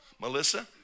Melissa